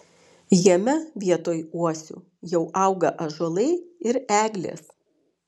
jame vietoj uosių jau auga ąžuolai ir eglės